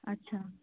আচ্ছা